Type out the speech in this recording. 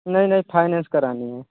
नहीं नहीं फाइनेंस करानी है